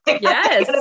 Yes